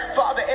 Father